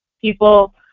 People